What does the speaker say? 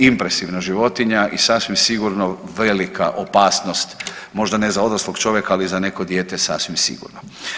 Impresivna životinja i sasvim sigurno velika opasnost, možda ne za odrasloga čovjeka, ali za neko dijete sasvim sigurno.